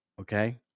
okay